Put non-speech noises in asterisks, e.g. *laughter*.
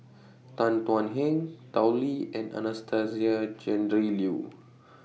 Tan Thuan Heng Tao Li and Anastasia Tjendri Liew *noise*